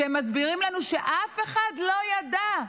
כשהם מסבירים לנו שאף אחד לא ידע?